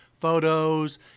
photos